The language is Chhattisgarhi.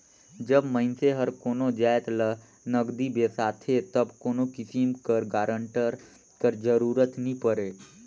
जब मइनसे हर कोनो जाएत ल नगदी बेसाथे तब कोनो किसिम कर गारंटर कर जरूरत नी परे